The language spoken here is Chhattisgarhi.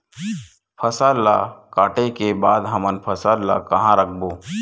फसल ला काटे के बाद हमन फसल ल कहां रखबो?